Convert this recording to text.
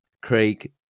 craig